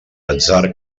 atzar